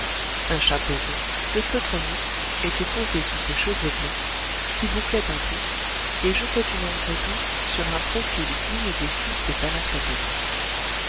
un chapeau rond de feutre mou était posé sur ses cheveux blonds qui bouclaient un peu et jetait une ombre douce sur un profil digne des fils de pallas athênê